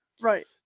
Right